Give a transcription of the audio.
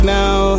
now